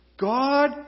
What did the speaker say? God